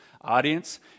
audience